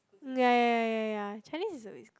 ya ya ya ya Chinese is uh